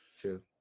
True